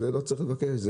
לא צריך לבקש,